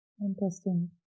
Interesting